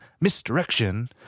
Misdirection